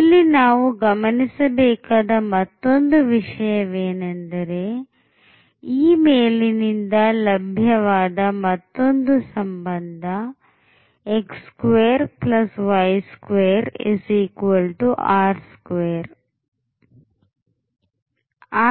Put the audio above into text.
ಇಲ್ಲಿ ನಾವು ಗಮನಿಸಬೇಕಾದ ಮತ್ತೊಂದು ವಿಷಯವೆಂದರೆ ಈ ಮೇಲಿನಿಂದ ಲಭ್ಯವಾದ ಮತ್ತೊಂದು ಸಂಬಂಧ